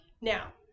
now